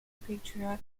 patriotic